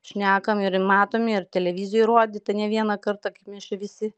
šnekam ir matomi ir televizijoj rodyta ne vieną kartą kaip mes čia visi